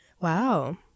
Wow